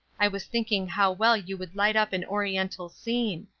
i was thinking how well you would light up an oriental scene.